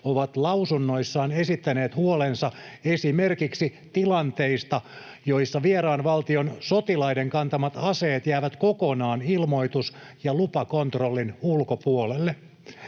ovat lausunnoissaan esittäneet huolensa esimerkiksi tilanteista, joissa vieraan valtion sotilaiden kantamat aseet jäävät kokonaan ilmoitus- ja lupakontrollin ulkopuolelle.